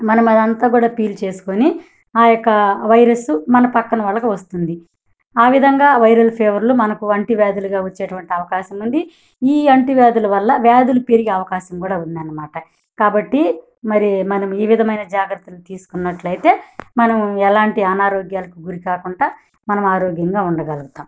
మనం అది అంతా కూడా పీల్ చేసుకొని ఆయొక్క వైరస్సు మన ప్రక్కన వాళ్ళకి వస్తుంది ఆ విధంగా వైరల్ ఫీవర్లు మనకు అంటూ వ్యాధులుగా వచ్చేటువంటి అవకాశం ఉంది ఈ అంటు వ్యాధుల వల్ల వ్యాధులు పెరిగి అవకాశం కూడా ఉందన్నమాట కాబట్టి మరి మనం ఈ విధమైన జాగ్రత్తలు తీసుకున్నట్లయితే మనం ఎలాంటి అనారోగ్యాాలకు గురి కాకుండా మనం ఆరోగ్యంగా ఉండగలుగుతాము